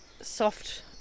soft